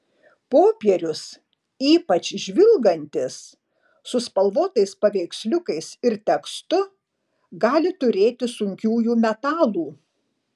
popierius ypač žvilgantis su spalvotais paveiksliukais ir tekstu gali turėti sunkiųjų metalų